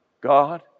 God